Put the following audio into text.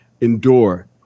endure